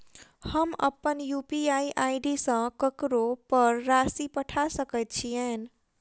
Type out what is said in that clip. हम अप्पन UPI ID सँ ककरो पर राशि पठा सकैत छीयैन?